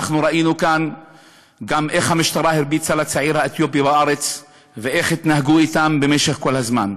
ראינו כאן איך המשטרה הרביצה לצעיר האתיופי ואיך התנהגו אתם כל הזמן.